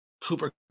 Cooper